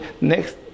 next